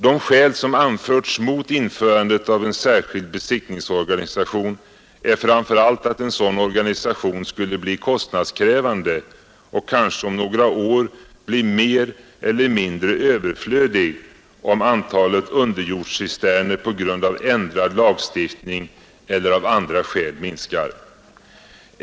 De skäl som anförts mot införandet av en särskild besiktningsorganisation är framför allt att en sådan organisation skulle bli kostnadskrävande och kanske om några år vara mer eller mindre överflödig, om antalet underjordscisterner på grund av förändrad lagstiftning eller av andra skäl minskar.